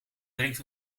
brengt